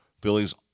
billy's